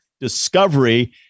discovery